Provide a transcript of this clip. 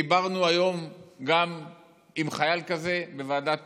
דיברנו היום עם חייל כזה בוועדת